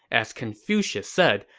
as confucius said,